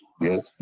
Yes